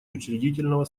учредительного